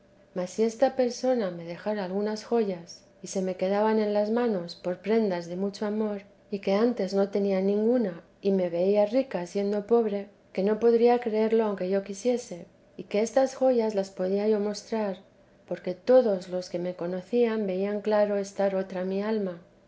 mas si esta persona me dejara algunas joyas y se me quedaban en las manos por prendas de mucho amor y que antes no tenía ninguna y me veía rica siendo pobre que no podría creerlo aunque yo quisiese y que estas joyas las podía yo mostrar porque todos los que me conocían veían claro estar otra mi alma